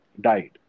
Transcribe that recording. died